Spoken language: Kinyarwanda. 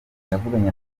navuganye